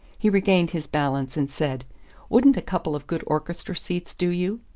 he regained his balance and said wouldn't a couple of good orchestra seats do you?